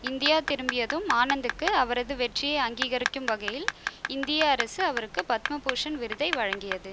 India திரும்பியதும் ஆனந்துக்கு அவரது வெற்றியை அங்கீகரிக்கும் வகையில் இந்திய அரசு அவருக்கு பத்மபூஷன் விருதை வழங்கியது